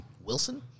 Wilson